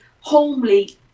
homely